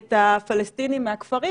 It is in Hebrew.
את הפלסטינים מהכפרים,